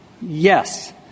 Yes